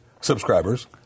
subscribers